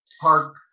Park